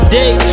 day